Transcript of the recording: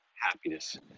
happiness